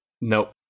Nope